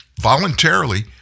voluntarily